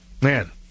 Man